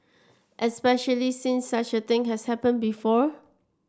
especially since such a thing has happened before